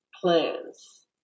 plans